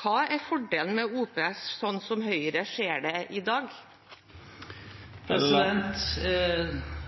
Hva er fordelen med OPS, sånn som Høyre ser det i